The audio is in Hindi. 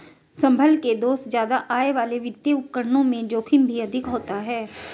संभल के दोस्त ज्यादा आय वाले वित्तीय उपकरणों में जोखिम भी अधिक होता है